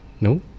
No